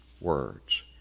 words